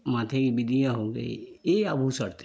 माथे की बिंदिया हो गई ये आभूषण थे